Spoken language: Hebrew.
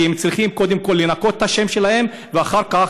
כי הם צריכים קודם כול לנקות את השם שלהם ואחר כך